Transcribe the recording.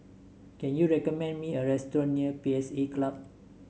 can you recommend me a restaurant near P S A Club